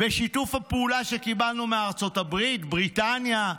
ושיתוף הפעולה שקיבלנו מארצות הברית, בריטניה,